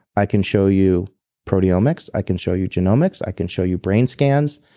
i can show you proteomics. i can show you genomics. i can show you brain scans.